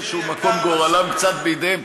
באיזה מקום גורלם קצת בידיהם.